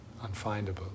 unfindable